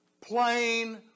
plain